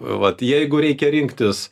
vat jeigu reikia rinktis